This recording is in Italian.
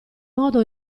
modo